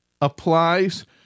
applies